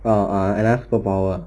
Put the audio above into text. oh ah another superpower ah